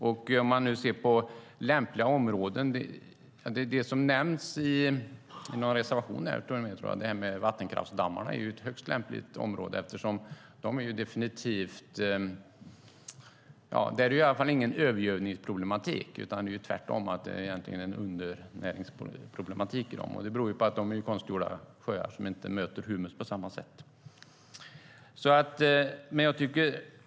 När det gäller lämpliga områden nämns vattenkraftsdammar i en reservation. Jag tror att det är ett högst lämpligt område. Där är det i alla fall ingen övergödningsproblematik utan tvärtom snarare en undernäringsproblematik. Det beror på att de är konstgjorda sjöar som inte möter humus på samma sätt.